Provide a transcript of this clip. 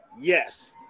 yes